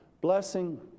blessing